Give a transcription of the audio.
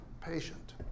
patient